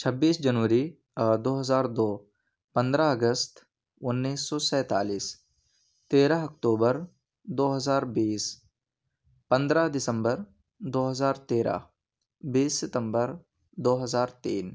چھبیس جنوری دو ہزار دو پندرہ اگست انیس سو سینتالیس تیرہ اکتوبر دو ہزار بیس پندرہ دسمبر دو ہزار تیرہ بیس ستمبر دو ہزار تین